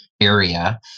area